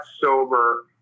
sober